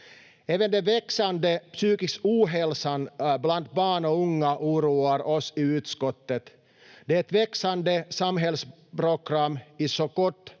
Även den växande psykiska ohälsan bland barn och unga oroar oss i utskottet. Det är ett växande samhällsprogram i så gott